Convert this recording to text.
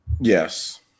Yes